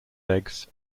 eggs